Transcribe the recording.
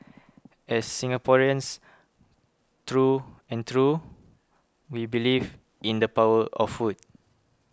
as Singaporeans through and through we believe in the power of food